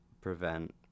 prevent